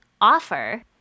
offer